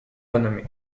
renommé